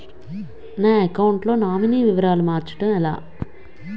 నా అకౌంట్ లో నామినీ వివరాలు మార్చటం ఎలా?